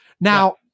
Now